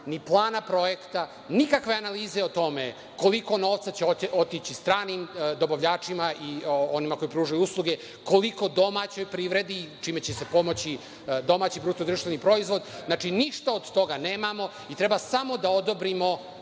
ni plana projekta, nikakve analize o tome koliko novca će otići stranim dobavljačima i onima koji pružaju usluge, koliko domaćoj privredi, čime će se pomoći BDP, znači ništa od toga nemamo i treba samo da odobrimo